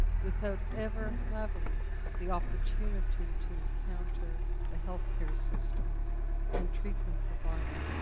without ever having the opportunity to encounter the health care system and treatment providers.